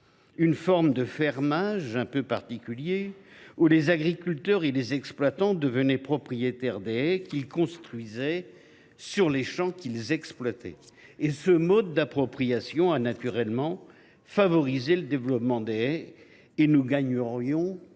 une forme de fermage un peu particulière : les agriculteurs et les exploitants devenaient propriétaires des haies qu’ils construisaient sur les champs qu’ils exploitaient en signant des covenants. Ce mode d’appropriation a naturellement favorisé le développement des haies ; nous gagnerions à